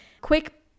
Quick